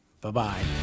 Bye-bye